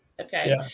Okay